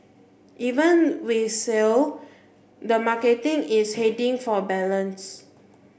even with shale the marketing is heading for balance